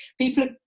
people